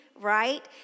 Right